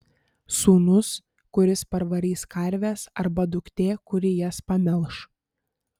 sūnus kuris parvarys karves arba duktė kuri jas pamelš